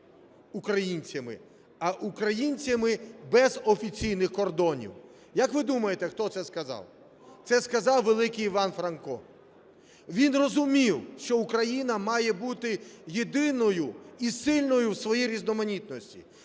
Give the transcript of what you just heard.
українцями, а українцями без офіційних кордонів". Як ви думаєте, хто це сказав? Це сказав великий Іван Франко. Він розумів, що Україна має бути єдиною і сильною в своїй різноманітності.